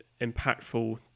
impactful